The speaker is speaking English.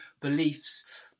beliefs